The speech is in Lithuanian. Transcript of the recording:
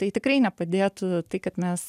tai tikrai nepadėtų tai kad mes